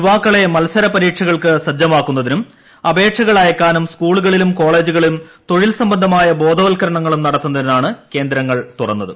യുവാക്കളെ മത്സരപരീക്ഷ കൾക്ക് സജ്ജമാക്കുന്നതിനും അപേക്ഷകൾ അയയ്ക്കാനും സ്കൂളുക ളിലും കോളേജുകളിലും തൊഴിൽ സംബന്ധമായ ബോധവൽക്കരണ ങ്ങളും നടത്തുന്നതിനാണ് കേന്ദ്രങ്ങൾ തുറന്നത്